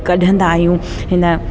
कढंदा आहियूं हिन